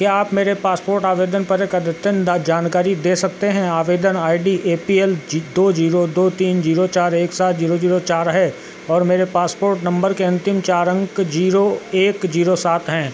क्या आप मेरे पासपोर्ट आवेदन पर एक अद्यतन द जानकारी दे सकते हैं आवेदन I D A P L G दो जीरो दो तीन जीरो चार एक सात जीरो जीरो चार है और मेरे पासपोर्ट नंबर के अंतिम चार अंक जीरो एक जीरो सात हैं